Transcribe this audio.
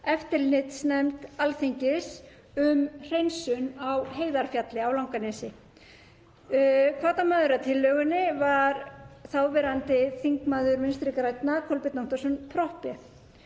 eftirlitsnefnd Alþingis um hreinsun á Heiðarfjalli á Langanesi. Hvatamaður að tillögunni var þáverandi þingmaður Vinstri grænna, Kolbeinn Óttarsson Proppé.